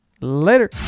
Later